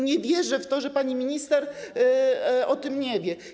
Nie wierzę w to, że pani minister o tym nie wie.